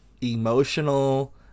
emotional